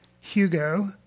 Hugo